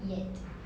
yet